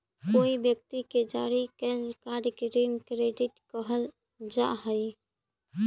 कोई व्यक्ति के जारी कैल कार्ड के ऋण क्रेडिट कहल जा हई